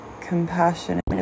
compassionate